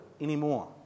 anymore